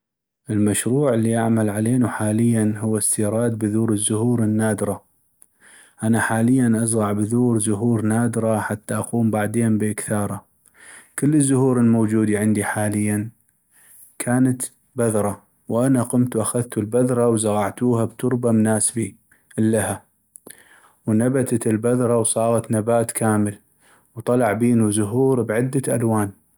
المشروع اللي اعمل علينو حالياً هو استيراد بذور الزهور النادرة، انا حاليا ازغع بذور زهور نادرة ، حتى اقوم بعدين باكثاره ، كل الزهور الموجودي عندي حالياً كانت بذرة وانا قمتو اخذتو البذرة وزغعتوها بتربة مناسبي اللها ونبتت البذرة وصاغت نبات كامل وطلع بينو زهور بعدة ألوان.